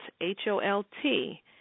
H-O-L-T